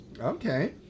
Okay